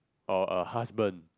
or a husband